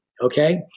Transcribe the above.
okay